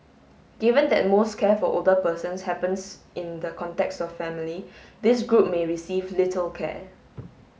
given that most care for older persons happens in the context of family this group may receive little care